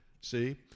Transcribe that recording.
See